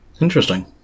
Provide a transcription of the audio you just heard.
Interesting